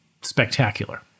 spectacular